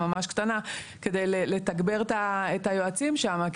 ממש קטנה כדי לתגבר את היועצים שם.